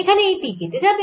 এখানে একটি t কেটে যাবে